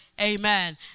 Amen